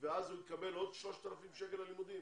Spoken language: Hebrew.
ואז הוא יקבל עוד 3,000 שקלים ללימודים